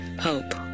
hope